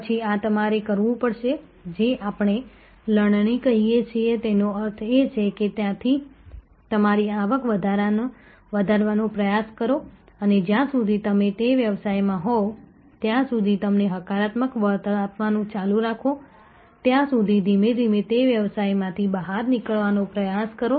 પછી આ તમારે કરવું પડશે જેને આપણે લણણી કહીએ છીએ તેનો અર્થ એ છે કે તમે ત્યાંથી તમારી આવક વધારવાનો પ્રયાસ કરો અને જ્યાં સુધી તમે તે વ્યવસાયમાં હોવ ત્યાં સુધી તમને હકારાત્મક વળતર આપવાનું ચાલુ રાખો ત્યાં સુધી ધીમે ધીમે તે વ્યવસાયમાંથી બહાર નીકળવાનો પ્રયાસ કરો